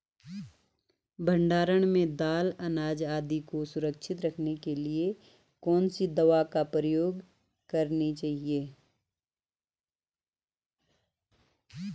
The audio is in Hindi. भण्डारण में दाल अनाज आदि को सुरक्षित रखने के लिए कौन सी दवा प्रयोग करनी चाहिए?